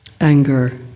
Anger